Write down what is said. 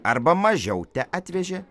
arba mažiau teatvežė